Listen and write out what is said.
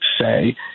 say